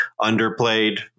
underplayed